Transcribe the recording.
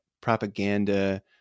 propaganda